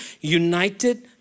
united